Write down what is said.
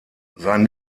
sein